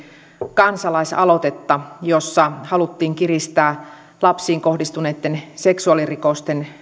kansalais aloitetta jossa haluttiin kiristää lapsiin kohdistuneitten seksuaalirikosten